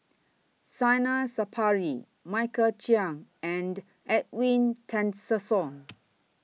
Zainal Sapari Michael Chiang and Edwin Tessensohn